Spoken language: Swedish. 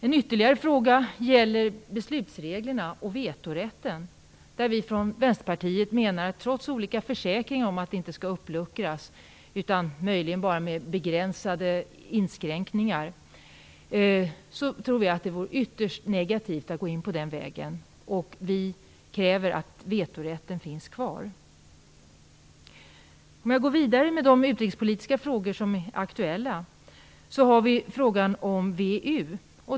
En ytterligare fråga gäller beslutsreglerna och vetorätten. Trots olika försäkringar om att dessa inte skall uppluckras utan möjligen bara få begränsade inskränkningar tror vi i Vänsterpartiet att det vore ytterst negativt att gå in på den vägen. Vi kräver att vetorätten finns kvar. Jag går vidare med de utrikespolitiska frågor som är aktuella, och då har vi frågan om VEU.